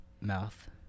mouth